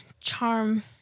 charm